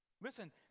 Listen